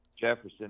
Jefferson